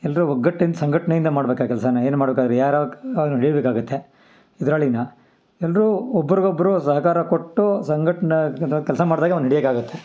ಎಲ್ಲರೂ ಒಗ್ಗಟ್ಟಿಂದ ಸಂಘಟ್ನೆಯಿಂದ ಮಾಡ್ಬೇಕು ಆ ಕೆಲಸ ಏನು ಮಾಡುಕಾರೆ ಯಾರಾರ ಕಾಲ್ನ ಹಿಡಿಬೇಕಾಗುತ್ತೆ ಎದುರಾಳಿನ ಎಲ್ಲರೂ ಒಬ್ರಿಗೊಬ್ರು ಸಹಕಾರ ಕೊಟ್ಟು ಸಂಘಟ್ನೇದಿಂದ ಕೆಲಸ ಮಾಡಿದಾಗೆ ಅವ್ನ ಹಿಡಿಯೋಕಾಗತ್ತೆ